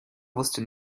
wusste